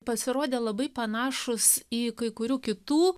pasirodė labai panašūs į kai kurių kitų